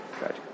Good